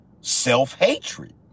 self-hatred